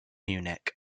munich